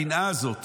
הקנאה הזאת